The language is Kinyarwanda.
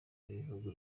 bihugu